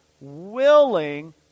willing